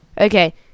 Okay